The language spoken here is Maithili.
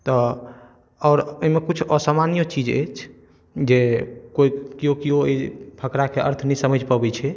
तऽ आओर एहिमे किछु असामान्यौ चीज अछि जे कोइ केओ केओ ई फकराके अर्थ नहि समैझ पाबै छै